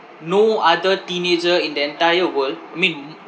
no other teenager in the entire world I mean